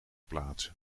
plaatsen